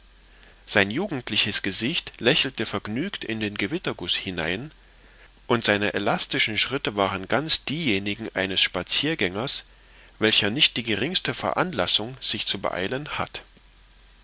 sein jugendliches gesicht lächelte vergnügt in den gewitterguß hinein und seine elastischen schritte waren ganz diejenigen eines spaziergängers welcher nicht die geringste veranlassung sich zu beeilen hat